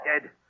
dead